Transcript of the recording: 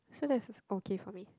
so that's okay for me